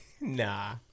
Nah